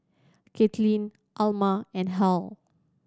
Katelyn Alma and Hal